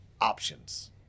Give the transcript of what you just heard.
options